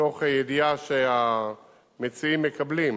מתוך ידיעה שהמציעים מקבלים